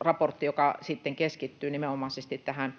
raportti, joka keskittyy nimenomaisesti tähän